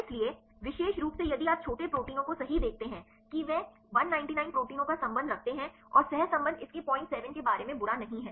इसलिए विशेष रूप से यदि आप छोटे प्रोटीनों को सही देखते हैं कि वे 199 प्रोटीनों का संबंध रखते हैं और सहसंबंध इसके 07 के बारे में बुरा नहीं है